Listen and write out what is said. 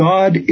God